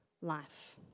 life